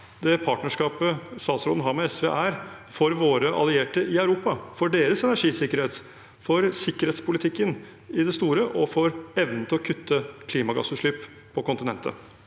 det partnerskapet statsråden har med SV, er for våre allierte i Europa, for deres energisikkerhet, for sikkerhetspolitikken i det store og for evnen til å kutte klimagassutslipp på kontinentet.